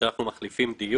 עת אנחנו מחליפים דיור,